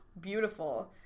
beautiful